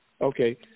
Okay